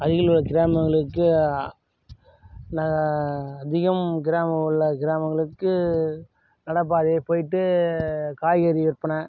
அருகிலுள்ள கிராமங்களுக்கு நான் அதிகம் கிராமம் எல்லா கிராமங்களுக்கு நடை பாதை போய்ட்டு காய்கறி விற்பனை